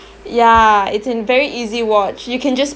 ya it's an very easy watch you can just